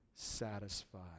satisfied